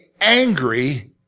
angry